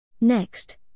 Next